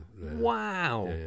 Wow